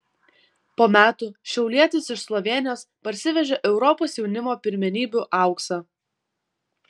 po metų šiaulietis iš slovėnijos parsivežė europos jaunimo pirmenybių auksą